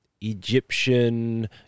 Egyptian